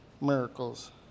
miracles